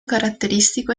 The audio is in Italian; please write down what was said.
caratteristico